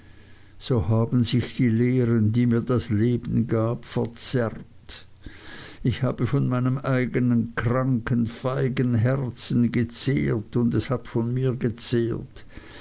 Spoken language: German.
so haben sich die lehren die mir das leben gab verzerrt ich habe von meinem eignen kranken feigen herzen gezehrt und es hat von mir gezehrt